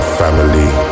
family